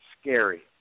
scary